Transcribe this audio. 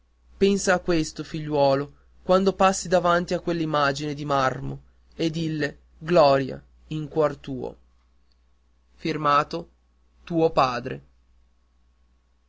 pensa a questo figliuolo quando passi davanti a quell'immagine di marmo e dille gloria in cuor tuo